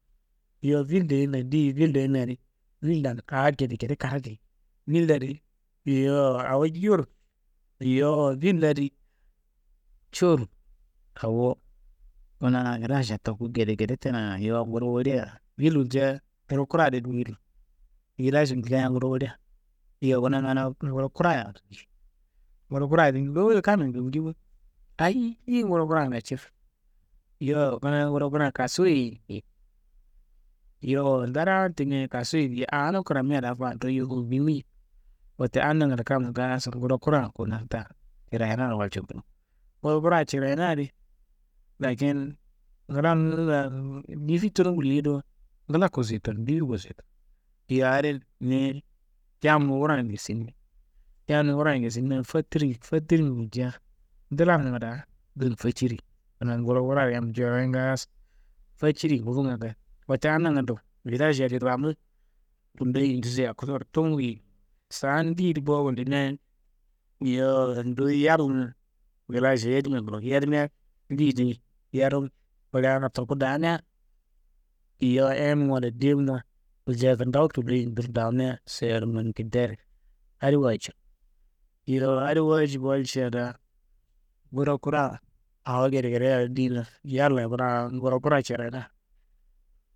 Yowo villo yimia ndeyeyi villo yimia di, villan aa gedegede kada diye, vil adi, yowo awo jewuro, yowo vil adi jewuro awo kuna vilaja toku gedegede tena, yowo nguro wolia, vil wuljea nguro kurade vil wo, vilaj wulja nguro wolia. Yowo mana nguro kuraya wulnji nguro kuraya di duwuye kammi wulnji bo, ayiye nguro kuran ngacu, yowo kunaa nguro kuran kasuye diye, yowo ndaraan timiaye kasuye diye aanum kramia daa fandun yufum bimi, wote adi nangando kamma ngaaso nguro kuran ku nanta cirayinaro walcu kurowo, nguro kura cirayina adi lakin difi tunu wulliyi do, ngla kosu ye tunu, difi kosu ye tunu, yowo adin niyi yamnum wuraá ngesinimi, yamnum wuraá ngesinimia fatirmi, fatirmi wulja, ndlamnumma daa dunum faciriyi. Kunaa nguro wuraaáro yamma jawoyiya ngaaso faciriyi ngufunga ngaayo, wotte adi nangando, vilaj adi ramu tillo, indiso, yakusoro tumu yimi, saan ndeyedi bo wullimiaye, yowo ndu yalnum vilajro yedimiwa nglawo, yadimia ndeyeyi dimi? Yadum woleana tumu damia, yowo ain muwa walla de muwa, wulja da kuntawu tillo indiro damia adi wajib, yowo adi wajib walja daa, nguro kura awo ngedengede kadaa diyena, yallayi kuna awo nguro kura carayina.